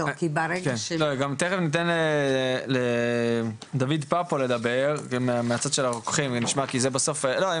גם תיכף ניתן לדוד פאפו לדבר ומהצד של הרוקחים נשמע,